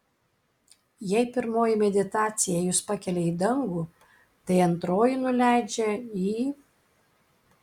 jei pirmoji meditacija jus pakelia į dangų tai antroji nuleidžia į